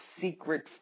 secret